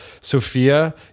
Sophia